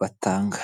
batanga.